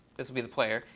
this will be the player,